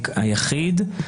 היחיד,